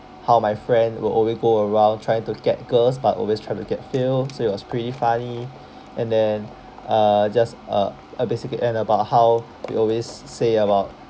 how my friend will always go around trying to get girls but always try to get fail so it was pretty funny and then uh just uh uh basically and about how we always say about